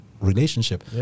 relationship